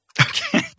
okay